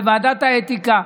בוועדת האתיקה,